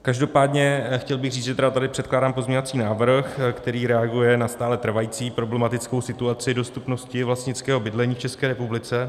Každopádně bych chtěl říci, že tady předkládám pozměňovací návrh, který reaguje na stále trvající problematickou situaci dostupnosti vlastnického bydlení v České republice.